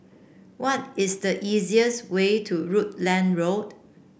what is the easiest way to Rutland Road